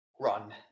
Run